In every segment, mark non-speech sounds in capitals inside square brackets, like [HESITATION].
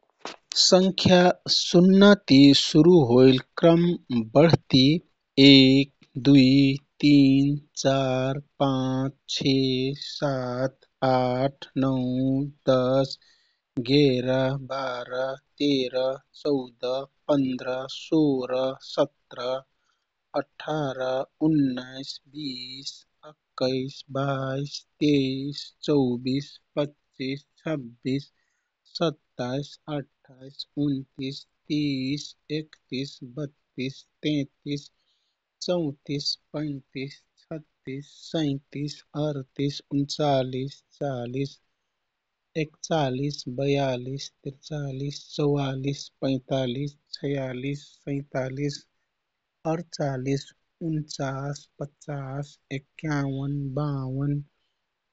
[NOISE] संख्या शुन्ना ती सुरू होइल क्रम बढति एक, दुइ, तिन, चार, पाँच, छे, सात, आठ, नौ, दश, गेरा, बार, तेर, चौद, पन्ध्र, सोर, सत्र, अठार, उन्नाइस, बीस, एक्काइस, बाइस, तेइस, चौबिस, पच्चिस, छब्बिस, सत्ताइस, अठ्ठाइस, उन्तिस, तीस, एकतिस, बत्तिस, तेत्तिस, चौतिस, पैतिस, छत्तिस, सैँतिस, अरतिस, उन्चालिस, चालिस, एकचालिस, बयालिस, तिरचालिस, चवालिस, पैतालिस, छयालिस, सैँतालिस, अरचालिस, उनचास, पचास, एकयावन, बाउन,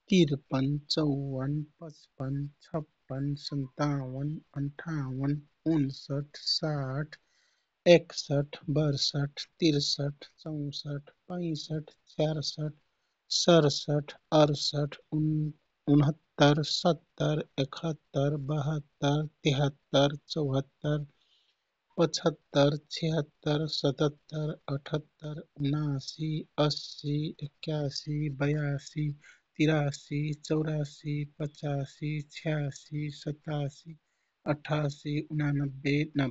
तिरपन, चौवन, पचपन, छप्पन, सन्तावन, अन्ठावन, उनसठ, साठ, एकसठ, बरसठ, तिरसठ, चौसठ, पैँसठ, छ्यारसठ, सरसठ, अरसठ, [HESITATION] उनहत्तर, सत्तर, एकहत्तर, बहत्तर, तिहत्तर, चौहत्तर, पछत्तर, छिहत्तर, सतत्तर, अठत्तर, उनासी, असि, एकयासि, बयासी, तिरासी, चौरासी, पचासी, छियासी, सतासी, अठासी, उनानब्बे, नब्बे। [UNINTELLIGIBLE]